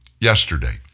yesterday